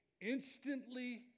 instantly